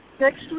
Next